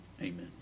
Amen